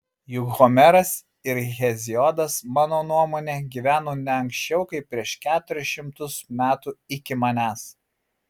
juk homeras ir heziodas mano nuomone gyveno ne anksčiau kaip prieš keturis šimtus metų iki manęs